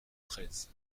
treize